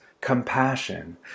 compassion